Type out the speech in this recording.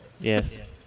Yes